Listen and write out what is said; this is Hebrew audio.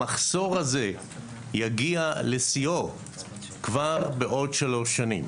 המחסור הזה יגיע לשיאו כבר בעוד שלוש שנים,